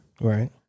Right